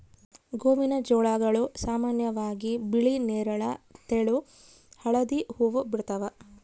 ಗೋವಿನಜೋಳಗಳು ಸಾಮಾನ್ಯವಾಗಿ ಬಿಳಿ ನೇರಳ ತೆಳು ಹಳದಿ ಹೂವು ಬಿಡ್ತವ